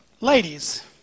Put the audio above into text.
Ladies